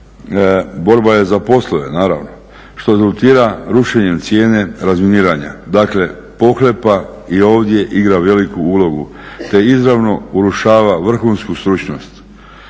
Borba je za poslove, naravno. Što rezultira rušenjem cijene razminiranja. Dakle, pohlepa i ovdje igra veliku ulogu te izravno urušava vrhunsku stručnost